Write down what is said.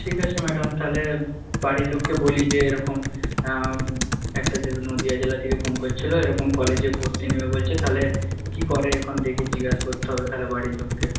ঠিক আছে ম্যাডাম তাহলে বাড়ির লোককে বলি যে এরকম একটা নদীয়া জেলা থেকে ফোন করছিল এরকম কলেজে ভর্তি নেবে বলছে তাহলে কী করে এখন দেখি জিজ্ঞাসা করতে হবে তাহলে বাড়ির লোককে